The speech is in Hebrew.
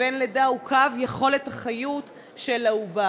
לבין לידה הוא קו יכולת החיות של העובר.